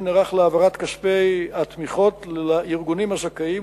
נערך להעברת כספי התמיכות לארגונים הזכאים.